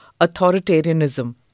authoritarianism